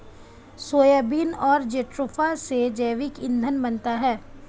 soybean और jatropha से जैविक ईंधन बनता है